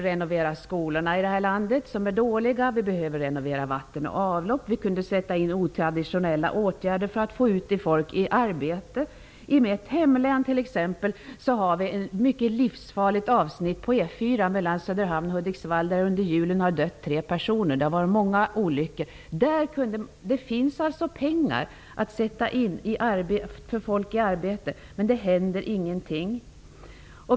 Skolor som är dåliga i det här landet behöver renoveras. Vatten och avlopp behöver renoveras. Vi skulle kunna sätta in otraditionella åtgärder för att få ut folk i arbete. I mitt hemlän finns det t.ex. ett livsfarligt avsnitt på E 4:an mellan Söderhamn och Hudiksvall. Där har tre personer dött under julen. Det har varit många olyckor. Det finns pengar att sätta in för att få folk i arbete, men det händer ingenting.